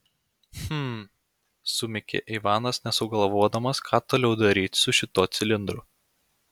hm sumykė ivanas nesugalvodamas ką toliau daryti su šituo cilindru